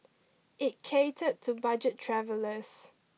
it catered to budget travellers